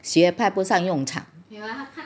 学派不上用场